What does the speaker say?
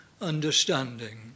understanding